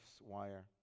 wire